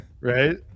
Right